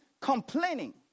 complaining